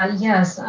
um yes,